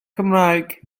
cymraeg